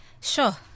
Sure